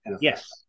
Yes